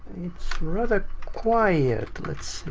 it's rather quiet. let's